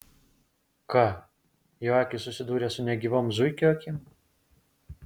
ką jo akys susidūrė su negyvom zuikio akim